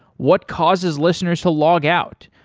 what causes listeners to log out,